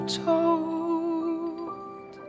told